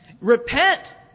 Repent